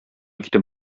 китеп